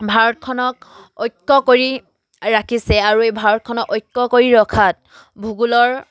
ভাৰতখনক ঐক্য কৰি ৰাখিছে আৰু এই ভাৰতখনক ঐক্য কৰি ৰখাত ভূগোলৰ